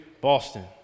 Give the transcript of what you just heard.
Boston